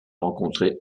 rencontrer